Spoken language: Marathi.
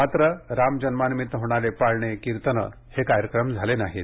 मात्र राम जन्मानिमित्त होणारे पाळणे कीर्तनं हे कार्यक्रम झाले नाहीत